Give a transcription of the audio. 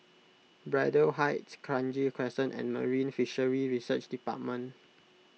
Braddell Heights Kranji Crescent and Marine Fisheries Research Department